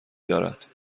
دارد